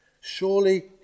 Surely